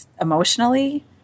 emotionally